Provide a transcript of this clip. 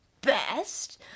best